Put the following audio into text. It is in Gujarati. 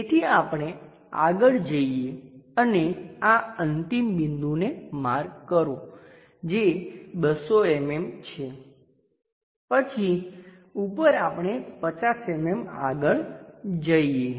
તેથી આપણે આગળ જઈએ અને આ અંતિમ બિંદુને માર્ક કરો જે 200 mm છે પછી ઉપર આપણે 50 mm આગળ જઈએ